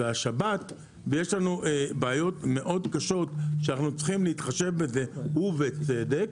השבת ועוד בעיות קשות שצריכים להתחשב בהם ובצדק.